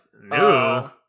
No